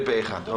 התקבל פה-אחד.